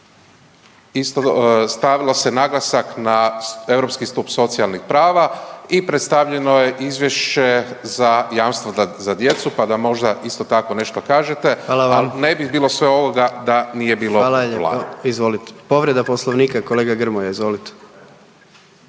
isto, stavilo se naglasak na europski stup socijalnih prava i predstavljeno je izvješće za jamstvo za djecu, pa da možda isto tako nešto kažete, al ne bi bilo svega ovoga da nije bilo vlade. **Jandroković, Gordan (HDZ)** Fala lijepo. Izvolite, povreda Poslovnika kolega Grmoja, izvolite.